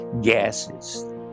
gases